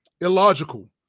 Illogical